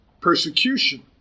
persecution